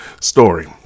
story